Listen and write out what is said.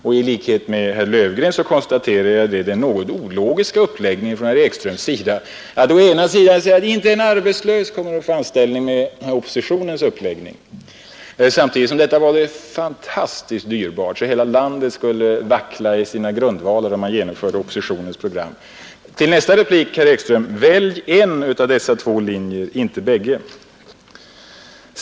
I likhet med herr Löfgren konstaterar jag den något ologiska uppläggning som herr Ekström gör. Å ena sidan säger han att inte en enda arbetslös kommer att få anställning med oppositionens program. Å andra sidan säger han att det är fantastiskt dyrbart, så att hela landet skulle vackla i sina grundvalar om oppositionens program genomfördes. Till nästa replik, herr Ekström: Välj en av dessa två linjer, inte bägge!